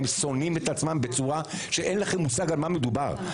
הם שונאים את עצמם בצורה שאין לכם מושג על מה מדובר.